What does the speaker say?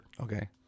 Okay